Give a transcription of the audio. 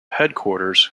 headquarters